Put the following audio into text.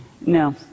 No